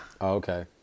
Okay